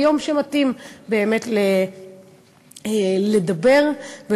ויום שמתאים באמת לדבר בו,